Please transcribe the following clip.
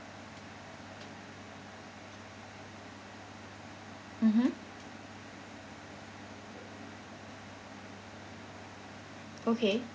mmhmm okay